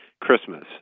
Christmas